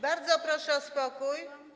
Bardzo proszę o spokój.